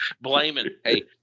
blaming—hey